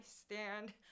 stand